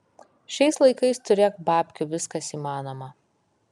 šiais laikais turėk babkių viskas įmanoma